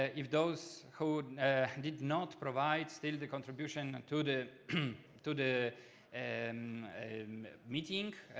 ah if those who did not provide still the contribution to the to the and meeting,